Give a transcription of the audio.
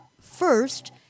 first